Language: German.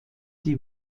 die